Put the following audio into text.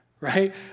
right